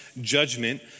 judgment